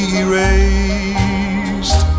erased